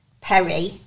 Perry